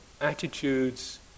attitudes